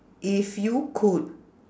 if you could